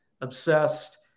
obsessed